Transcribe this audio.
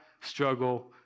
struggle